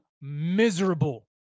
miserable